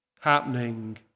happening